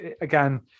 again